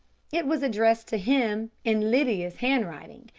it was addressed to him, in lydia's handwriting,